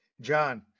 John